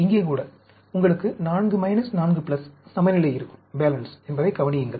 இங்கே கூட உங்களுக்கு 4 4 சமநிலை இருக்கும் என்பதைக் கவனியுங்கள்